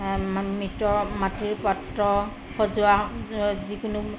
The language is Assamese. মৃৎ মাটিৰ পাত্ৰ সজোৱা যিকোনো